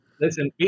Listen